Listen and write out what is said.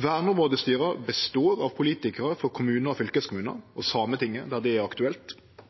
Verneområdestyra består av politikarar frå kommunar og fylkeskommunar – og